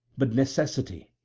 but necessity,